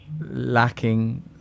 lacking